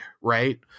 right